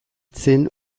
zen